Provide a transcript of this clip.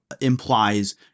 implies